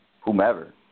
whomever